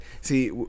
See